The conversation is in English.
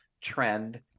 trend